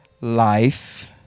life